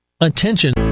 Attention